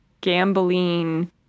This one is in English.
gambling